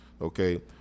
okay